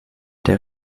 der